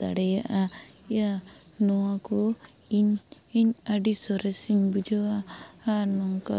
ᱫᱟᱲᱮᱭᱟᱜᱼᱟ ᱭᱟ ᱱᱚᱣᱟ ᱠᱚ ᱤᱧ ᱤᱧ ᱟᱹᱰᱤ ᱥᱚᱨᱮᱥ ᱤᱧ ᱵᱩᱡᱷᱟᱹᱣᱟ ᱟᱨ ᱱᱚᱝᱠᱟ